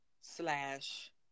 slash